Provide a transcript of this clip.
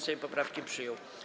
Sejm poprawki przyjął.